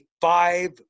five